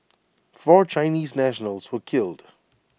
four Chinese nationals were killed